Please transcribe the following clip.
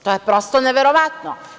To je prosto neverovatno.